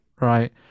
right